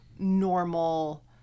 normal